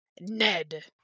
ned